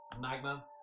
Magma